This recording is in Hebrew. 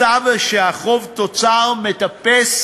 מצב שהחוב תוצר מטפס